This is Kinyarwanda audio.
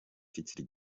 kikiri